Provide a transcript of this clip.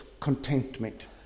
contentment